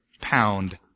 pound